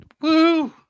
Woo